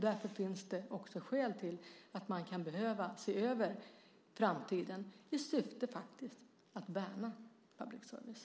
Därför kan det finnas skäl till att också se över framtiden, i syfte att värna public service.